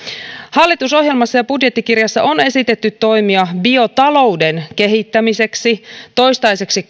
hallitusohjelmassa ja budjettikirjassa on esitetty toimia biotalouden kehittämiseksi toistaiseksi